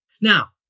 Now